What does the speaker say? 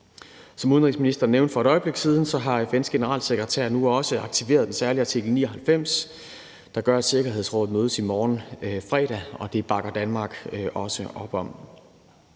Som udenrigsministeren nævnte for et øjeblik siden, har FN's generalsekretær nu også aktiveret den særlige artikel 99, der gør, at Sikkerhedsrådet mødes i morgen, fredag, og det bakker Danmark også op om.